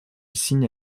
signe